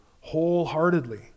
wholeheartedly